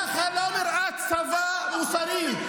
ככה לא נראה צבא מוסרי.